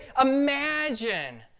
imagine